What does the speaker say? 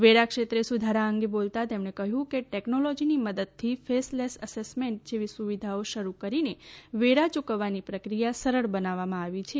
વેરા ક્ષેત્રે સુધારા અંગે બોલતાં તેમણે કહ્યું કે ટેકનોલોજીની મદદથી ફેસલેસ એસેસમેન્ટ જેવી સુવિધાઓ શરૂ કરીને વેરા ચૂકવવાની પ્રક્રિયા સરળ બનાવવામાં આવી છે